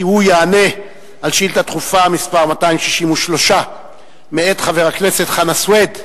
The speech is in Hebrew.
הוא יענה על שאילתא דחופה מס' 263 מאת חבר הכנסת חנא סוייד,